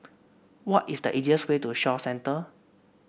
what is the easiest way to Shaw Centre